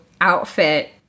outfit